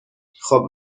خوب